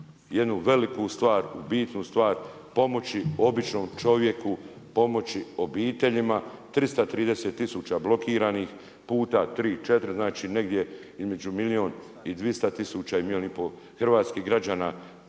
jednu veliku stvar, uz bitnu stvar, pomoći običnom čovjeku, pomoći obiteljima, 330 tisuća blokiranih puta 3,4 znači negdje između milijun i 200 tisuća, milijun i pol hrvatskih građana